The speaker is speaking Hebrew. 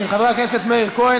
של חבר הכנסת מאיר כהן.